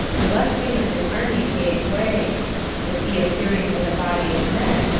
the left wing of his army gave way but he appearing with a body of men,